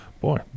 boy